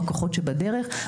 הכוחות שבדרך,